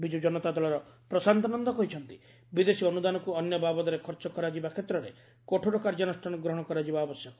ବିଜୁ ଜନତା ଦଳର ପ୍ରଶାନ୍ତ ନନ୍ଦ କହିଛନ୍ତି ବିଦେଶୀ ଅନୁଦାନକୁ ଅନ୍ୟ ବାବଦରେ ଖର୍ଚ୍ଚ କରାଯିବା କ୍ଷେତ୍ରରେ କଠୋର କାର୍ଯ୍ୟାନୁଷାନ ଗ୍ରଡଣ କରାଯିବା ଆବଶ୍ୟକ